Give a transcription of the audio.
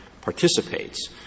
participates